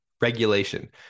regulation